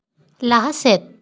ᱞᱟᱦᱟ ᱥᱮᱫ